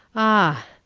ah!